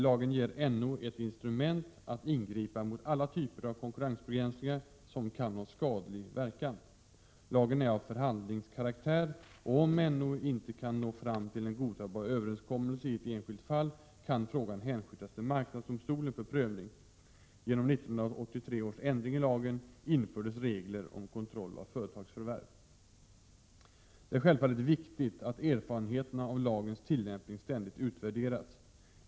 Lagen ger NO ett instrument att ingripa mot alla typer av konkurrensbegränsningar som kan ha skadlig verkan. Lagen är av förhandlingskaraktär, och om NO inte kan nå fram till en godtagbar överenskommelse i ett enskilt fall kan frågan hänskjutas till marknadsdomstolen för prövning. Genom 1983 års ändring i lagen infördes regler om kontroll av företagsförvärv. Det är självfallet viktigt att erfarenheterna av lagens tillämpning ständigt utvärderas.